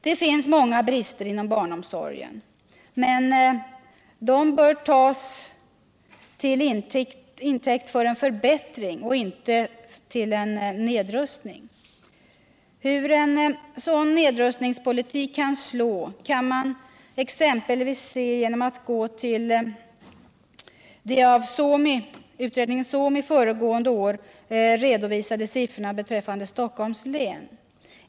Det finns många brister inom barnomsorgen, men dessa bör tas till intäkt för en förbättring och inte för en nedrustning. Hur en sådan nedrustningspolitik kan slå kan man se exempelvis genom att gå till de av utredningen SOMI föregående år redovisade siffrorna beträffande Stockholms län.